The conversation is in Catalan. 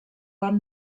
bon